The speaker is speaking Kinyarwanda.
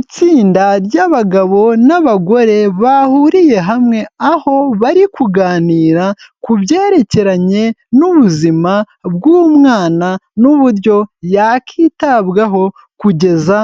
Itsinda ry'abagabo n'abagore bahuriye hamwe, aho bari kuganira ku byerekeranye n'ubuzima bw'umwana n'uburyo yakitabwaho kugeza